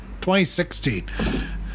2016